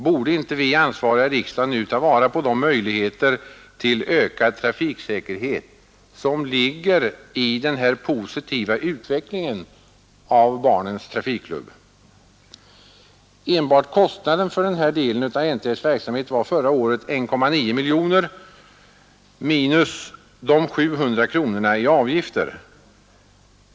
Borde inte vi ansvariga i riksdagen nu ta vara på de möjligheter till ökad trafiksäkerhet som ligger i den här positiva utvecklingen av Barnens trafikklubb! Enbart kostnaden för den här delen av NTF:s verksamhet var förra året 1,9 miljoner kronor minus de 700 000 kronorna i avgifter.